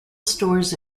stores